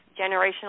generational